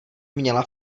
měla